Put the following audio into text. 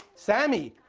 sammy,